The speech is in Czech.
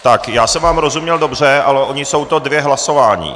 Tak, já jsem vám rozuměl dobře, ale ona to jsou dvě hlasování.